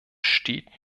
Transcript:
steht